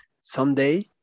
someday